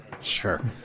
Sure